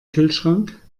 kühlschrank